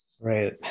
right